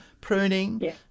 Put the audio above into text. Pruning